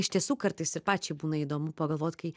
iš tiesų kartais ir pačiai būna įdomu pagalvot kai